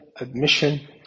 admission